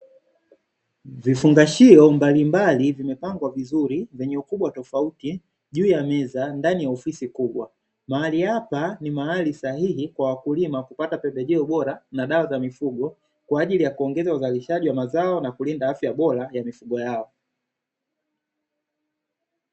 Vifungashio mbalimbali vimepangwa vizuri, vyenye ukubwa tofauti juu ya meza ndani ya ofisi kubwa. Mahali hapa ni mahali sahihi kwa wakulima kupata pembejeo bora na dawa za mifugo kwa ajili ya kuongeza uzalishaji wa mazao na afya bora za mifugo yao.